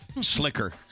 Slicker